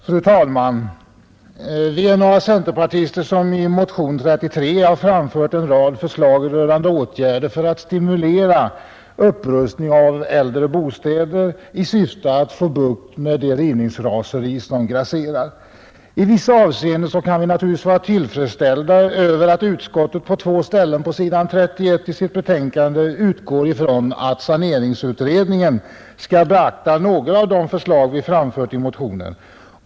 Fru talman! Vi är några centerpartister som i motionen 33 har framfört en rad förslag till åtgärder för att stimulera upprustningen av äldre bostäder, i syfte att få bukt med det rivningsraseri som nu grasserar. I vissa avseenden kan vi vara tillfredsställda med att utskottet på två ställen på s. 31 i sitt betänkande utgår från att saneringsutredningen skall beakta några av de förslag vi framför i motionen.